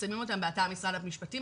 מפרסמים אותם באתר משרד המשפטים,